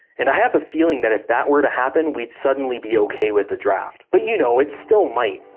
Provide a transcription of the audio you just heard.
and i have a feeling that if that were to happen, we'd suddenly be okay with the draft. but you know, it still might,